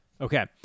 Okay